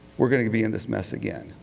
we are going to be in this mess again,